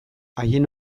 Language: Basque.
haien